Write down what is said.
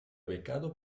becado